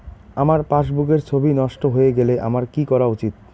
আমার পাসবুকের ছবি নষ্ট হয়ে গেলে আমার কী করা উচিৎ?